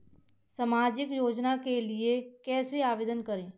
सामाजिक योजना के लिए कैसे आवेदन करें?